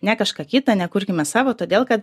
ne kažką kita nekurkime savo todėl kad